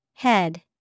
Head